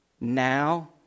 now